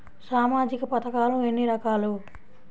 సామాజిక పథకాలు ఎన్ని రకాలు?